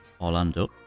Orlando